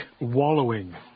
wallowing